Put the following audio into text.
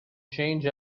change